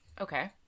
Okay